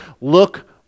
look